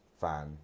fan